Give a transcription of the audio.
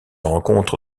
rencontre